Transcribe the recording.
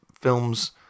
film's